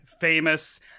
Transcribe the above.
famous